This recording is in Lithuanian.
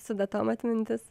su datom atmintis